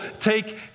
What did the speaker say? take